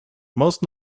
most